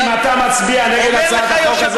אם אתה מצביע נגד הצעת החוק הזאת,